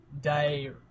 Day